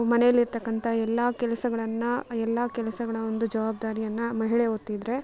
ಮನೆಯಲ್ಲಿರ್ತಕ್ಕಂಥ ಎಲ್ಲ ಕೆಲಸಗಳನ್ನು ಎಲ್ಲ ಕೆಲಸಗಳ ಒಂದು ಜವಾಬ್ದಾರಿಯನ್ನು ಮಹಿಳೆ ಹೊತ್ತಿದ್ರೆ